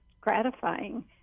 gratifying